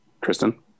Kristen